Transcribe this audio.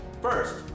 first